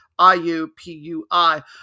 IUPUI